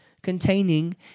containing